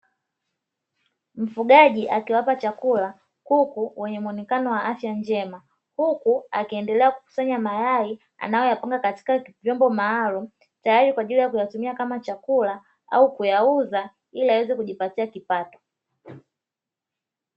Mfugaji akiwapa chakula kuku wenye muonekano wa afya njema, huku akiendelea kukusanya mayai anayoyapanga katika vyombo maalumu, tayari kuyatumia kama chakula au kuyauza ili aweze kujipatia kipato.